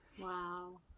Wow